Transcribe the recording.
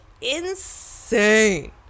insane